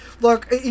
look